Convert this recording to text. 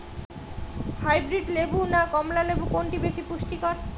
Hybrid কেনু না কমলা লেবু কোনটি বেশি পুষ্টিকর?